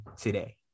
today